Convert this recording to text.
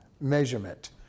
measurement